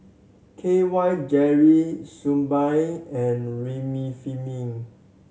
K Y Jelly Suu Balm and Remifemin